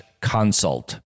consult